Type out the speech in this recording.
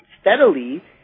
steadily